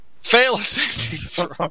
Fail